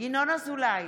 ינון אזולאי,